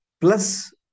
plus